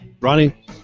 Ronnie